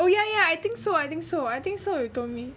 oh yeah yeah I think so I think so I think so you told me